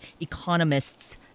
economists